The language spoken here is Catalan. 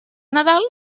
nadal